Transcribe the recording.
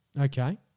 Okay